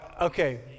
okay